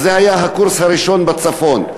אז זה היה הקורס הראשון בצפון.